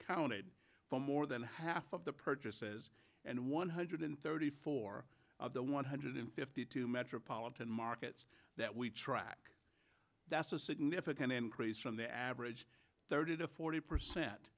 accounted for more than half of the purchases and one hundred thirty four of the one hundred fifty two metropolitan markets that we track that's a significant increase from the average thirty to forty percent